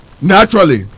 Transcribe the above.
Naturally